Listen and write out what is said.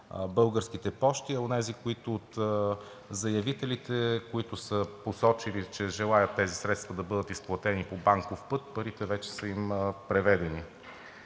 Българските пощи, а на онези от заявителите, които са посочили, че желаят тези средства да бъдат изплатени по банков път, парите вече са им преведени.